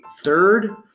third